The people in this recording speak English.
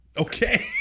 Okay